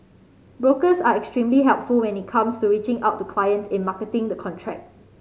brokers are extremely helpful when it comes to reaching out to clients in marketing the contract